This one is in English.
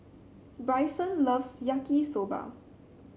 Brycen loves Yaki Soba